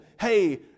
hey